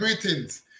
greetings